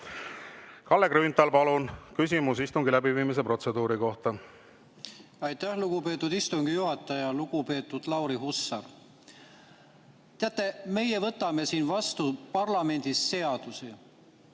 Kalle Grünthal, palun, küsimus istungi läbiviimise protseduuri kohta! Aitäh, lugupeetud istungi juhataja! Lugupeetud Lauri Hussar! Teate, meie võtame siin parlamendis vastu